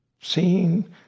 seeing